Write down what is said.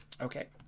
Okay